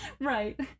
Right